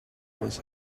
was